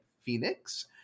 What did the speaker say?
Phoenix